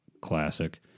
Classic